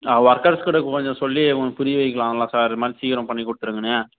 workers கிட்ட கொஞ்சம் சொல்லி கொஞ்சம் புரிய வைக்கலாம்ல சார் இது மாதிரி சீக்கிரம் பண்ணி கொடுத்துருங்கன்னு